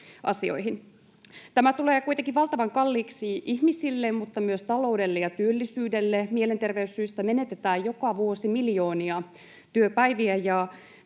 Tämä tulee kuitenkin valtavan kalliiksi ihmisille mutta myös taloudelle ja työllisyydelle. Mielenterveyssyistä menetetään joka vuosi miljoonia työpäiviä.